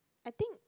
I think